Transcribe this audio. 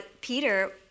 Peter